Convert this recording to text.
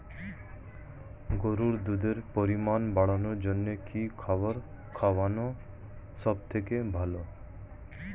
গরুর দুধের পরিমাণ বাড়ানোর জন্য কি খাবার খাওয়ানো সবথেকে ভালো?